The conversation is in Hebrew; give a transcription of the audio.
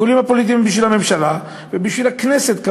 השיקולים הפוליטיים הם בשביל הממשלה ובשביל הכנסת,